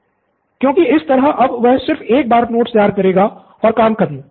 pro बाला क्योंकि इस तरह अब वह सिर्फ एक बार नोट्स तैयार करेगा और काम खत्म